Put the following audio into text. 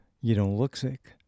you-don't-look-sick